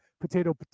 potato